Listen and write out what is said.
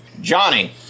Johnny